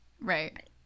Right